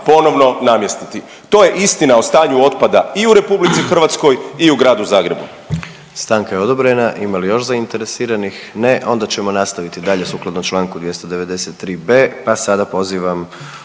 ponovno namjestiti. To je istina o stanju otpada i u Republici Hrvatskoj i u gradu Zagrebu.